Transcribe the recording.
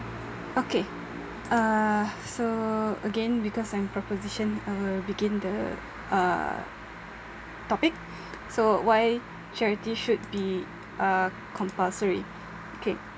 okay uh so again because I'm proposition I will begin the uh topic so why charity should be uh compulsory okay